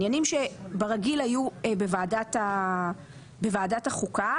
עניינים שברגיל היו בוועדת החוקה,